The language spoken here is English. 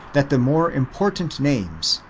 that the more important names,